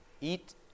Eat